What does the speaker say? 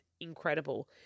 incredible